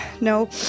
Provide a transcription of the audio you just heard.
no